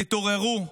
תתעוררו,